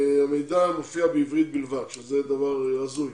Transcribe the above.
המידע מופיע בשפה העברית בלבד, וזה דבר הזוי.